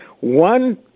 One